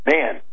Man